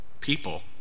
people